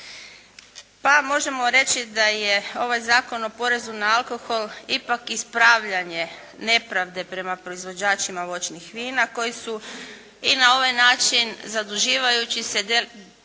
Pa možemo reći da je ovaj Zakon o porezu na alkohol ipak ispravljanje nepravde prema proizvođačima voćnih vina koji su i na ovaj način zaduživajući se htjeli dati